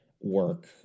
work